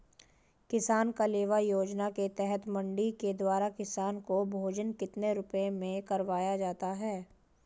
किसान कलेवा योजना के तहत मंडी के द्वारा किसान को भोजन कितने रुपए में करवाया जाता है?